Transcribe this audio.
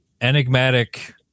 enigmatic